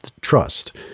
trust